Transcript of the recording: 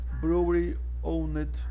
brewery-owned